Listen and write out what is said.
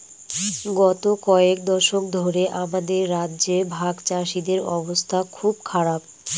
গত কয়েক দশক ধরে আমাদের রাজ্যে ভাগচাষীদের অবস্থা খুব খারাপ